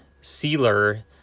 sealer